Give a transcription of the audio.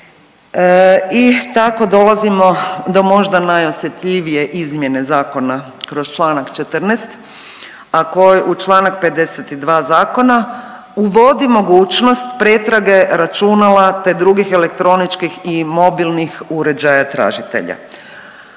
I tako dolazimo do možda najosjetljivije izmjene Zakona kroz članak 14. a koji u članak 52. zakona uvodi mogućnost pretrage računala, te drugih elektroničkih i mobilnih uređaja tražitelja.